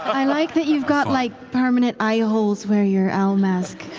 i like that you've got, like, permanent eye holes where your owl mask